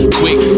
quick